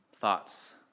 thoughts